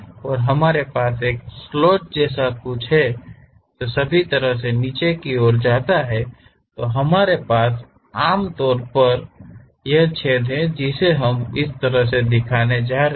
और हमारे पास एक स्लॉट जैसा कुछ है जो सभी तरह से नीचे जा रहा है हमारे पास है और हमारे पास यह छेद है जिसे हम इस तरह से दिखाने जा रहे हैं